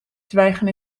zwijgen